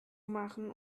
machen